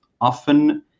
often